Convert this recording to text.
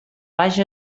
baix